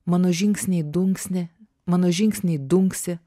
mano žingsniai dunksni mano žingsniai dunksi